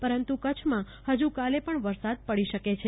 પરંતુ કરછમાં ફજુ કાલે પણ વરસાદ પડી શકે છે